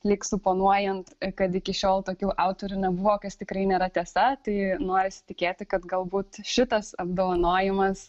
lyg suponuojant kad iki šiol tokių autorių nebuvo kas tikrai nėra tiesa tai norisi tikėti kad galbūt šitas apdovanojimas